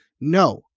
no